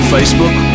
Facebook